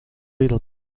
little